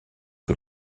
que